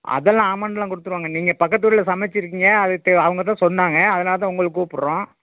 அதெல்லாம் அமௌண்டெலாம் கொடுத்துருவோங்க நீங்கள் பக்கத்து ஊரில் சமைச்சிருக்கீங்க அதுக்கு அவங்க தான் சொன்னாங்க அதனால தான் உங்களை கூப்புடுறோம்